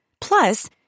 Plus